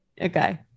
Okay